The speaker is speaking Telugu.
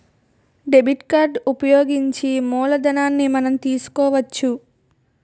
డెబిట్ కార్డు ఉపయోగించి మూలధనాన్ని మనం తీసుకోవచ్చు